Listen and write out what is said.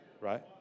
Right